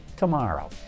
tomorrow